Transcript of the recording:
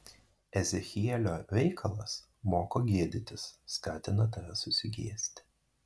ezechielio veikalas moko gėdytis skatina tave susigėsti